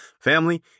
Family